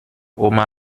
oma